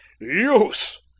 use